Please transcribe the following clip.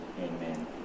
amen